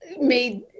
made